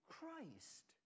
Christ